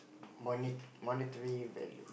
money monetary value